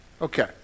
Okay